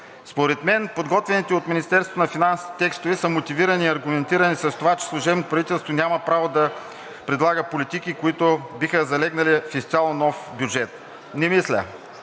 на финансите текстове са мотивирани и аргументирани с това, че служебното правителство няма право да предлага политики, които биха залегнали в изцяло нов бюджет. Не мисля.